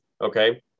okay